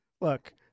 look